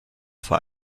vor